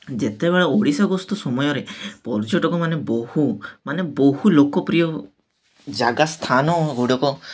ଯେତେବେଳେ ଓଡ଼ିଶା ଗସ୍ତ ସମୟରେ ପର୍ଯ୍ୟଟକମାନେ ବହୁ ମାନେ ବହୁ ଲୋକପ୍ରିୟ ଜାଗା ସ୍ଥାନଗୁଡ଼ାକ